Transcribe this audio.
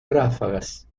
ráfagas